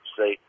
say